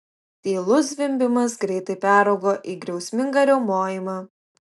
tylus zvimbimas greitai peraugo į griausmingą riaumojimą